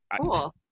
Cool